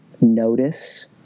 notice